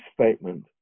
statement